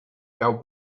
cau